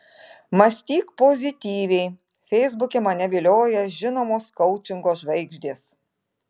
mąstyk pozityviai feisbuke mane vilioja žinomos koučingo žvaigždės